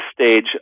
stage